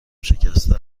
شکسته